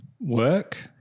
work